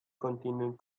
continent